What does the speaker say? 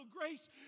grace